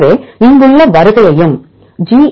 எனவே இங்குள்ள வரிசையும் ஜி